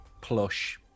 plush